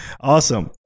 Awesome